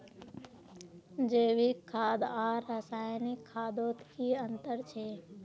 जैविक खाद आर रासायनिक खादोत की अंतर छे?